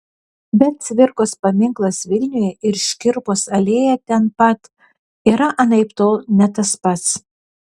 bet cvirkos paminklas vilniuje ir škirpos alėja ten pat yra anaiptol ne tas pats